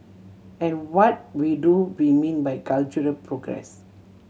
and what we do be mean by cultural progress